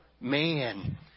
man